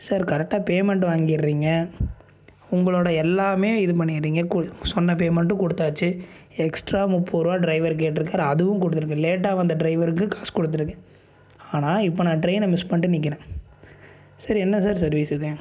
sir கரெக்டாக payment வாங்கிடறீங்க உங்களோடய எல்லாமே இது பண்ணிடறீங்க சொன்ன பேமெண்ட்டு கொடுத்தாச்சி எக்ஸ்ட்ரா முப்பதுருவா ட்ரைவருக்கு கேட்டிருக்காரு அதுவும் கொடுத்துருக்கு லேட்டாக வந்த ட்ரைவருக்கு காசு கொடுத்துருக்கேன் ஆனால் இப்போ நான் ட்ரெயினை மிஸ் பண்ணிவிட்டு நிற்கிறேன் சார் என்ன சார் சர்வீஸ் இது